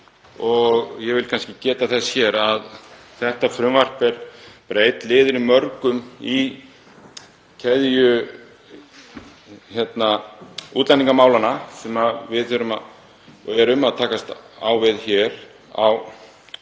Ég vil geta þess hér að þetta frumvarp er bara einn liður í mörgum í keðju útlendingamálanna sem við þurfum og erum að takast á við hér á